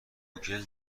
گوگل